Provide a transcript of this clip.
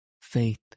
Faith